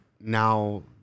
now